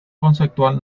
conceptual